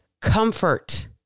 comfort